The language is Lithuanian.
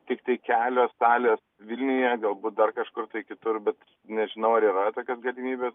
tiktai kelios salės vilniuje galbūt dar kažkur tai kitur bet nežinau ar yra tokios galimybės